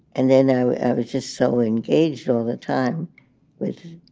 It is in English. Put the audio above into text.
and then i we're just so engaged all that time with.